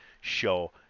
show